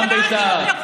גם ביתר,